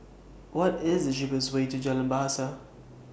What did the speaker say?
What IS The cheapest Way to Jalan Bahasa